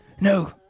No